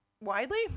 widely